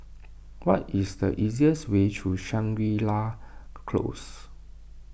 what is the easiest way to Shangri La Close